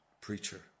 preacher